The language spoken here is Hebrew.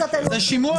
זה שימוע.